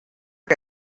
que